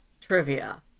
trivia